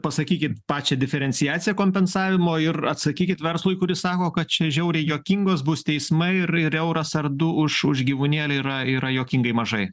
pasakykit pačią diferenciaciją kompensavimo ir atsakykit verslui kuris sako kad čia žiauriai juokingos bus teismai ir ir euras ar du už už gyvūnėlį yra yra juokingai mažai